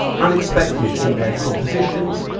unexpected in their compositions,